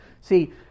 See